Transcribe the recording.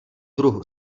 druhu